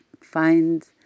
find